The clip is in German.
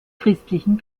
christlichen